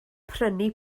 prynu